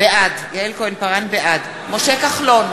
בעד משה כחלון,